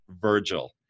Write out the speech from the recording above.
Virgil